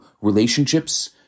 relationships